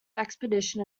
expedition